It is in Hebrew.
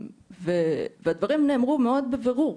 והדברים נאמרו מאוד בבירור,